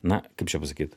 na kaip čia pasakyt